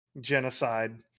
Genocide